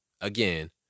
again